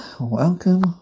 welcome